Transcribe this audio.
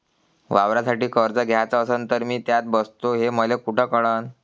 वावरासाठी कर्ज घ्याचं असन तर मी त्यात बसतो हे मले कुठ कळन?